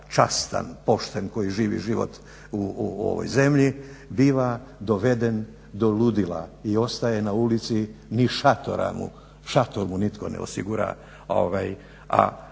častan, pošten koji živi život u ovoj zemlji biva doveden do ludila i ostaje na ulici ni šator mu nitko ne osigura